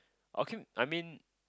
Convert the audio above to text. okay I mean